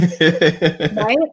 Right